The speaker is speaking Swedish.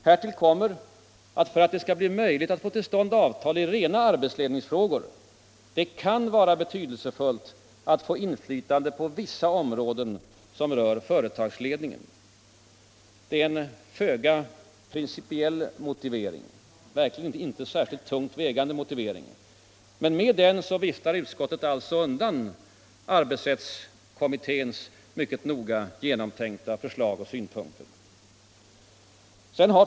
Härtill kommer att för att det skall bli möjligt att få till stånd avtal i rena arbetsledningsfrågor det kan vara betydelsefullt att få inflytande på vissa områden som rör företagsledningen.” Det är en föga principiell och verkligen inte särskilt tungt vägande motivering. Men med den viftar utskottet alltså undan arbetsrättskommitténs mycket noga genomtänkta förslag och synpunkter.